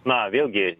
na vėlgi